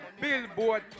Billboard